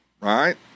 right